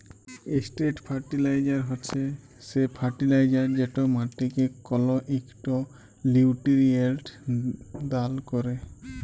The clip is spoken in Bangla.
ইসট্রেট ফারটিলাইজার হছে সে ফার্টিলাইজার যেট মাটিকে কল ইকট লিউটিরিয়েল্ট দাল ক্যরে